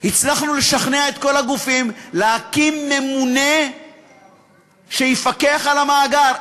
הצלחנו לשכנע את כל הגופים להקים ממונה שיפקח על המאגר.